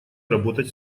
работать